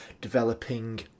developing